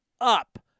up